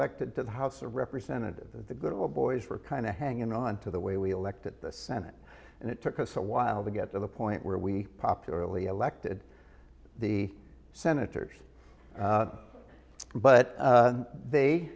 elected to the house of representatives the good old boys were kind of hanging on to the way we elected the senate and it took us a while to get to the point where we popularly elected the senators but they